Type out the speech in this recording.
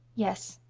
yes.